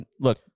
Look